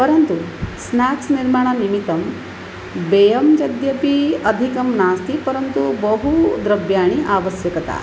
परन्तु स्नाक्स् निर्माणनिमित्तं व्ययं यद्यपि अधिकं नास्ति परन्तु बहु द्रव्याणाम् आवश्यकता